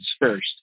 first